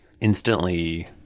instantly